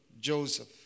Joseph